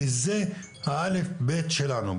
כי זה האל"ף בי"ת שלנו.